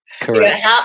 Correct